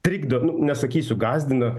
trikdo nu nesakysiu gąsdina